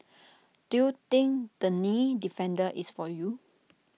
do you think the knee defender is for you